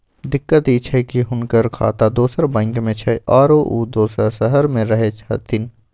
दिक्कत इ छै की हुनकर खाता दोसर बैंक में छै, आरो उ दोसर शहर में रहें छथिन